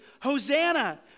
Hosanna